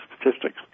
statistics